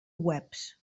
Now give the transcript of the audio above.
webs